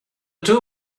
two